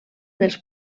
dels